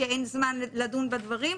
כשאין זמן לדון בדברים.